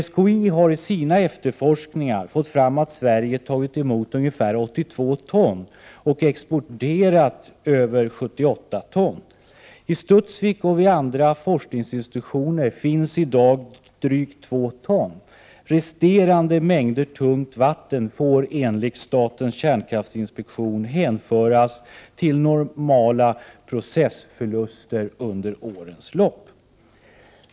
SKI har i sina efterforskningar fått fram att Sverige tagit emot ungefär 82 ton och exporterat över 78 ton. I Studsvik och vid vissa andra forskningsinstitutioner finns i dag drygt 2 ton. Resterande mängder tungt vatten får enligt statens kärnkraftsinspektions uppfattning hänföras till normala processförluster under årens lopp.